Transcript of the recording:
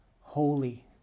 Holy